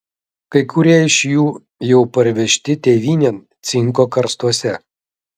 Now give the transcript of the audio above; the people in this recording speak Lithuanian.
kai kurie iš jų jau parvežti tėvynėn cinko karstuose